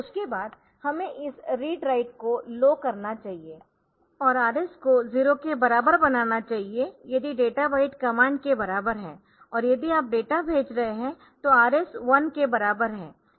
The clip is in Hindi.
उसके बाद हमें इस रीड राइट को लो करना चाहिए और RS को 0 के बराबर बनाना चाहिए यदि डेटा बाइट कमांड के बराबर है और यदि आप डेटा बाइट भेज रहे है तो RS 1 के बराबर है